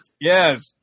Yes